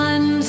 One